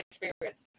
experience